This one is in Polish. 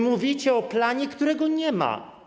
Mówicie o planie, którego nie ma.